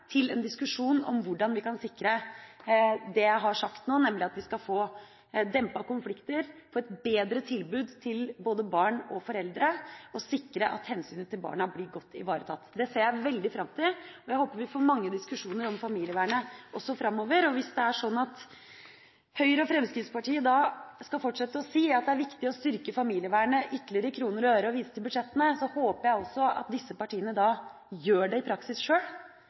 til en diskusjon om hvordan vi kan sikre det jeg har sagt nå, nemlig at vi skal få dempet konflikter, få et bedre tilbud til både barn og foreldre og sikre at hensynet til barna blir godt ivaretatt. Det ser jeg veldig fram til. Jeg håper vi får mange diskusjoner om familievernet også framover. Hvis det er sånn at Høyre og Fremskrittspartiet da skal fortsette å si at det er viktig å styrke familievernet ytterligere i kroner og øre og viser til budsjettene, håper jeg også at disse partiene gjør det i praksis sjøl